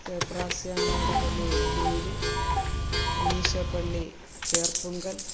സേപ്രാസ്യാ മേടപള്ളി ഒല്ലൂർ ഉണ്ണീശോ പള്ളി ചേർപ്പുങ്കൽ